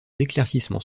éclaircissements